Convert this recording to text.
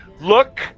Look